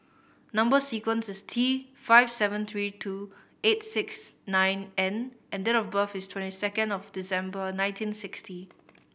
number sequence is T five seventy three two eight six nine N and date of birth is twenty second of December nineteen sixty